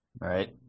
right